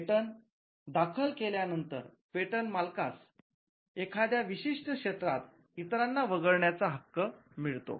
patent दाखल केल्या नंतर पेटंट मालकास एखाद्या विशिष्ट क्षेत्रात इतरांना वगळण्याचा हक्क मिळतो